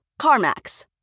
CarMax